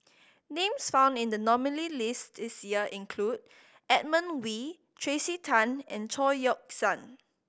names found in the nominees' list this year include Edmund Wee Tracey Tan and Chao Yoke San